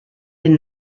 den